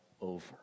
over